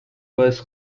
was